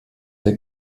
der